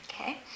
Okay